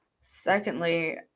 Secondly